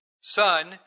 Son